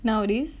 nowadays